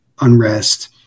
unrest